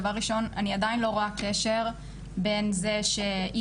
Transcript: דבר ראשון אני עדיין לא רואה קשר בין זה שאי